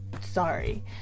sorry